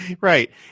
Right